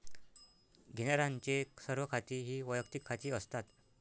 घेण्यारांचे सर्व खाती ही वैयक्तिक खाती असतात